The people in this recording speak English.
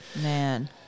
Man